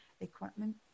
equipment